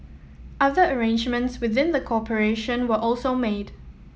other arrangements within the corporation were also made